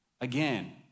again